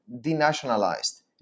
denationalized